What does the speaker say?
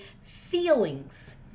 feelings